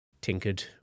tinkered